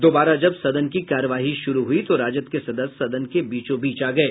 दोबारा जब सदन की कार्यवाही शुरू हुई तो राजद के सदस्य सदन के बीचोबीच आ गये